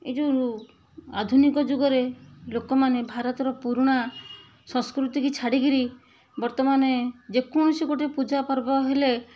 ଏଇ ଯେଉଁ ଆଧୁନିକ ଯୁଗରେ ଲୋକ ମାନେ ଭାରତର ପୁରୁଣା ସଂସ୍କୃତିକୁ ଛାଡ଼ିକିରି ବର୍ତ୍ତମାନେ ଯେକୌଣସି ଗୋଟେ ପୂଜା ପର୍ବ ହେଲେ